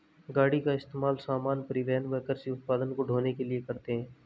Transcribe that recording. गाड़ी का इस्तेमाल सामान, परिवहन व कृषि उत्पाद को ढ़ोने के लिए करते है